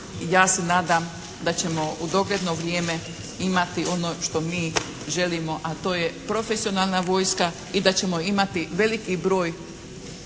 ja se nadam da ćemo u dogledno vrijeme imati ono što mi želimo, a to je profesionalna vojska i da ćemo imati veliki broj